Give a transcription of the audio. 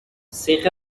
سیخ